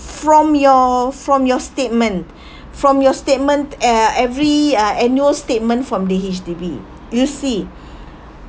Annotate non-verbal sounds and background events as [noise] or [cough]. from your from your statement [breath] from your statement e~ uh every uh annual statement from the H_D_B you see